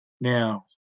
Now